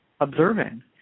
observing